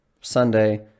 Sunday